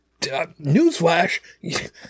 Newsflash